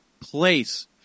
place